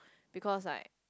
because like